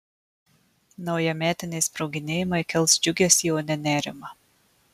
naujametiniai sproginėjimai kels džiugesį o ne nerimą